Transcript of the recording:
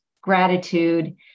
gratitude